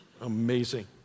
Amazing